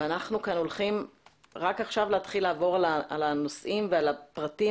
אנחנו כאן הולכים רק עכשיו להתחיל לעבור על הנושאים ועל הפרטים.